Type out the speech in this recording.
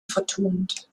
vertont